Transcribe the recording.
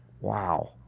Wow